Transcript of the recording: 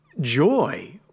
joy